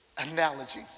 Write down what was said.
analogy